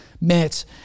met